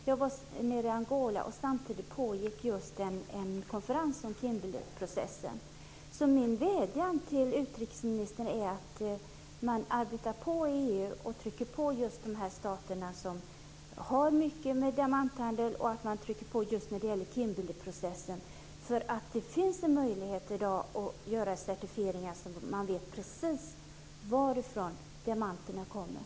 Jag var nere i Angola, och samtidigt pågick en konferens om Min vädjan till utrikesministern är att man arbetar på i EU och trycker på just de stater som har mycket diamanthandel, och trycker på särskilt när det gäller Kimberleyprocessen. Det finns en möjlighet i dag att göra certifieringar så att man vet precis varifrån diamanterna kommer.